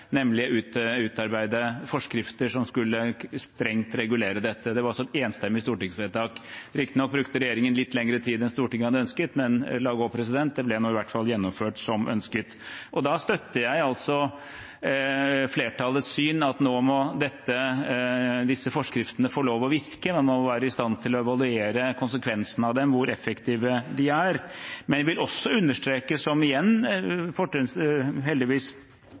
nemlig utarbeide forskrifter som skulle – strengt – regulere dette. Det var også et enstemmig stortingsvedtak. Riktignok brukte regjeringen litt lengre tid enn Stortinget hadde ønsket, men la gå, det ble nå i hvert fall gjennomført som ønsket. Og da støtter jeg flertallets syn, at nå må disse forskriftene få lov til å virke, man må være i stand til å evaluere konsekvensen av dem, hvor effektive de er. Men jeg vil også understreke, som